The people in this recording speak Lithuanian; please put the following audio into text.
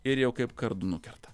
ir jau kaip kardu nukerta